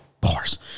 Bars